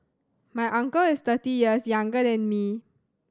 my uncle is thirty years younger than me